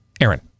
Aaron